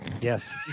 Yes